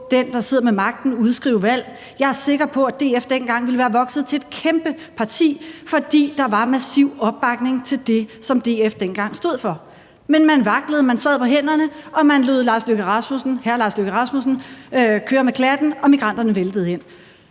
den, der sidder med magten, udskrive valg? Jeg er sikker på, at DF dengang ville være vokset til et kæmpe parti, fordi der var massiv opbakning til det, som DF dengang stod for. Men man vaklede, man sad på hænderne, og man lod hr. Lars Løkke Rasmussen køre med klatten, og migranterne væltede ind.